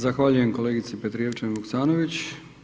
Zahvaljujem kolegici Petrijevčan Vuksanković.